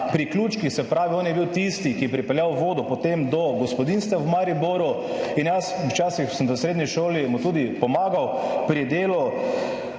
priključkih, se pravi, on je bil tisti, ki je pripeljal vodo potem do gospodinjstev v Mariboru. In jaz, včasih sem v srednji šoli mu tudi pomagal pri delu,